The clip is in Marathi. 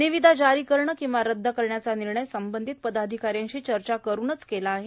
निविदा जारी करणे किंवा रद्द करण्याचा निर्णय संबंधित पदाधिकाऱ्यांशी चर्चा करूनच केलेले आहे